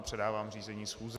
Předávám řízení schůze.